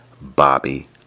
Bobby